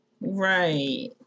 Right